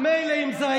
לא מאמינים לך למילה